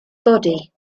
body